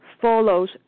follows